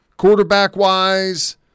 quarterback-wise